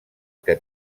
que